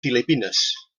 filipines